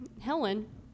Helen